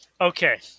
Okay